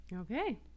Okay